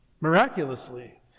miraculously